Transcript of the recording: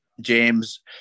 James